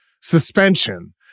suspension